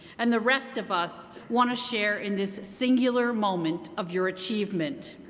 and the rest of us want to share in this singular moment of your achievement.